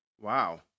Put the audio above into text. Wow